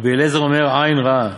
רבי אליעזר אומר, עין רעה,